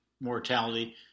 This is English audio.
mortality